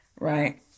right